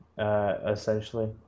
essentially